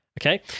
Okay